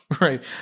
Right